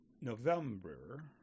November